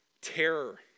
terror